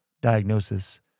diagnosis